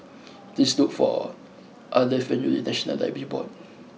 please look for Arleth when you reach National Library Board